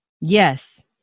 Yes